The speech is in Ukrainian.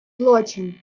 злочин